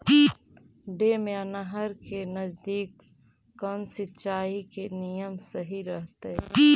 Dam या नहर के नजदीक कौन सिंचाई के नियम सही रहतैय?